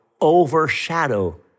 overshadow